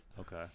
okay